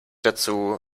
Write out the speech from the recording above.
dazu